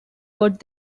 got